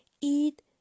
eat